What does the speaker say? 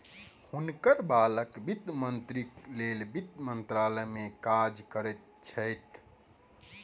हुनकर बालक वित्त मंत्रीक लेल वित्त मंत्रालय में काज करैत छैथ